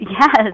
Yes